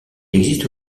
existe